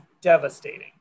devastating